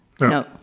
No